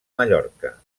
mallorca